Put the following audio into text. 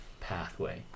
pathway